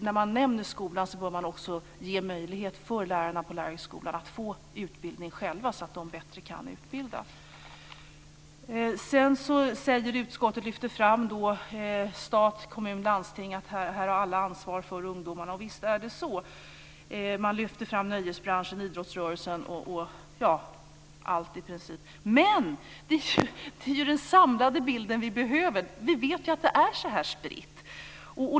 När man nämner skolan bör man också ge möjlighet för lärarna på lärarhögskolan att få utbildning själva, så att de kan utbilda bättre. Sedan lyfter utskottet fram stat, kommun och landsting och att alla har ansvar för ungdomarna. Visst är det så. Man lyfter fram nöjesbranschen, idrottsrörelsen och i princip allt, men det är ju den samlade bilden vi behöver. Vi vet att det är så här spritt.